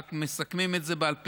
ורק מסכמים את זה בעל פה.